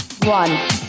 one